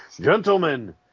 Gentlemen